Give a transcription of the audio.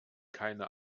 keine